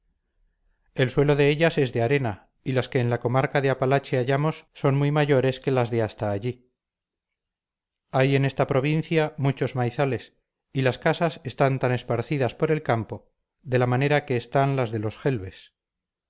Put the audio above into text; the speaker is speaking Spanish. el suelo de ellas es de arena y las que en la comarca de apalache hallamos son muy mayores que las de hasta allí hay en esta provincia muchos maizales y las casas están tan esparcidas por el campo de la manera que están las de los